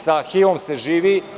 Sa HIV-om se živi.